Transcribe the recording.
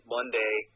Monday